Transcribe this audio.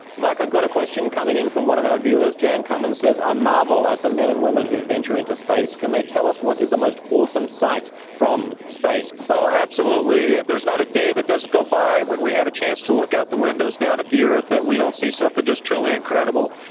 mike, i've got a question coming in from one of our viewers, jan cummins says, i marvel at the men and women who venture into space. can they tell us what is the most awesome sight from space? oh, absolutely, there's not a day that doesn't go by when we have a chance to look out the windows down at the earth that we don't see something just truly incredible.